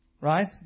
Right